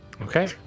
Okay